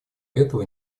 этого